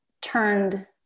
turned